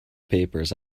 papers